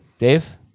Dave